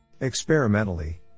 Experimentally